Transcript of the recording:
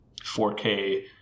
4K